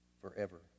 forever